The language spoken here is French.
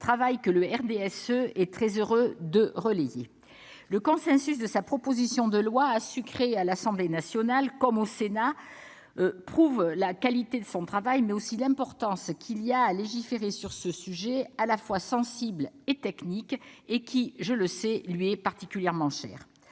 Dubié, que le RDSE est très heureux de relayer. Le consensus que sa proposition de loi a su créer à l'Assemblée nationale comme au Sénat prouve sa qualité, mais aussi l'importance de légiférer sur ce sujet à la fois sensible et technique, qui, je le sais, lui est particulièrement cher.